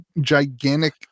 gigantic